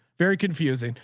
very confusing,